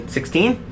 Sixteen